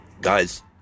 guys